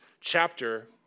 chapter